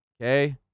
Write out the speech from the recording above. Okay